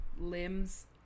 limbs